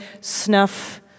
snuff